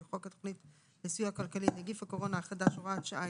לחוק התוכנית לסיוע כלכלי (נגיף הקורונה החדש)(הוראת שעה),